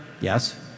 Yes